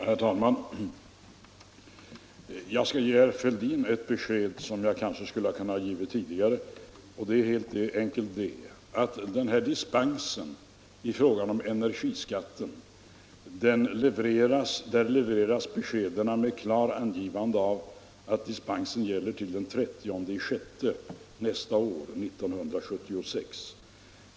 Herr talman! Jag skall ge herr Fälldin ett besked som jag kanske skulle ha kunnat ge honom tidigare. Det är helt enkelt det att beskeden om dispens från energiskatten levereras med klart angivande av att dispensen gäller till den 30/6 nästa år, 1976.